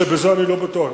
ובזה אני לא בטוח.